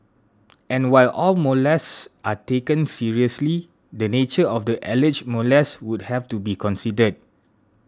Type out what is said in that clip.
and while all molests are taken seriously the nature of the alleged molest would have to be considered